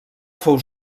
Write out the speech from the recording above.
fou